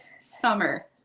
Summer